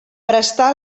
prestà